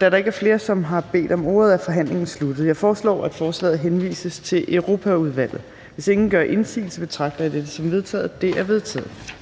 Da der ikke er flere, som har bedt om ordet, er forhandlingen sluttet. Jeg foreslår, at forslaget henvises til Europaudvalget. Hvis ingen gør indsigelse, betragter jeg dette som vedtaget. Det er vedtaget.